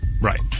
Right